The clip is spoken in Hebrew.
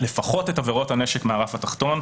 לפחות את עבירות הנשק מהרף התחתון,